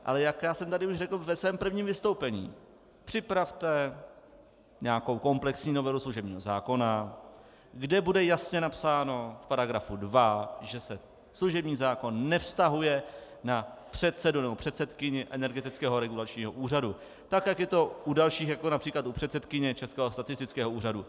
Ale jak jsem tady už řekl ve svém prvním vystoupení, připravte nějakou komplexní novelu služebního zákona, kde bude jasně napsáno v § 2, že se služební zákon nevztahuje na předsedu nebo předsedkyni Energetického regulačního úřadu, tak jak je to u dalších, jako je například u předsedkyně Českého statistického úřadu.